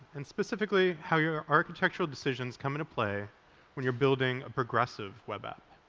and specifically, how your architectural decisions come into play when you're building a progressive web app.